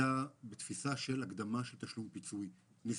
הייתה התפיסה של הקדמת תשלום פיצוי נזיקי.